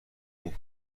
خوب